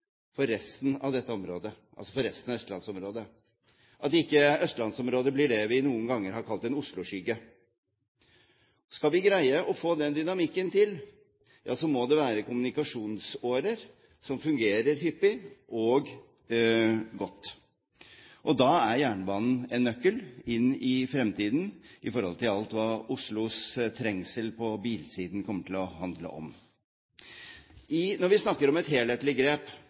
for resten av østlandsområdet, at ikke østlandsområdet blir det vi noen ganger har kalt en Oslo-skygge. Skal vi greie å få til den dynamikken, må det være kommunikasjonsårer som fungerer hyppig og godt. Og da er jernbanen en nøkkel inn i fremtiden, i forhold til alt det Oslos trengsel på bilsiden kommer til å handle om. Når vi snakker om et helhetlig grep